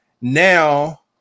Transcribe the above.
now